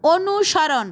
অনুসরণ